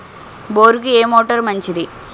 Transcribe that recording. బోరుకి ఏ మోటారు మంచిది?